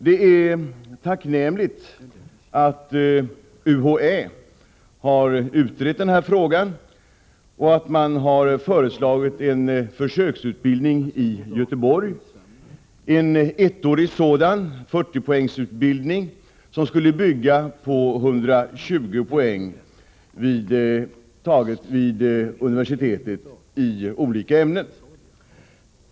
Det är tacknämligt att UHÄ har utrett frågan och föreslagit en försöksutbildning i Göteborg. Det gäller en ettårig utbildning om 40 poäng som en påbyggnad till en högskoleutbildning i olika ämnen motsvarande 120 poäng.